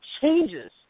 changes